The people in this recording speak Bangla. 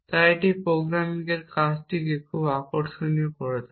তাই এটি প্রোগ্রামিং এর কাজটিকে খুব আকর্ষণীয় করে তোলে